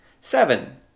seven